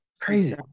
Crazy